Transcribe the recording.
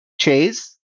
Chase